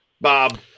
Bob